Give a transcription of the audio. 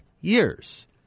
years